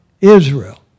Israel